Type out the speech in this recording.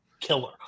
killer